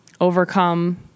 overcome